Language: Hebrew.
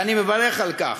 ואני מברך על כך,